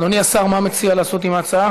אדוני השר, מה אתה מציע לעשות עם ההצעה?